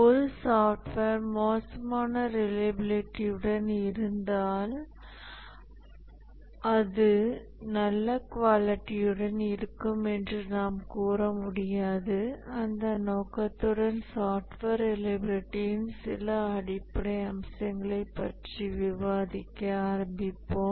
ஒரு சாஃப்ட்வேர் மோசமான ரிலையபிலிட்டியுடன் இருந்தால் அது நல்ல குவாலிட்டியுடன் இருக்கும் என்று நாம் கூற முடியாது அந்த நோக்கத்துடன் சாஃப்ட்வேர் ரிலையபிலிடியின் சில அடிப்படை அம்சங்களைப் பற்றி விவாதிக்க ஆரம்பித்தோம்